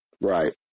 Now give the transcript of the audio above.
Right